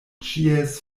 ĉies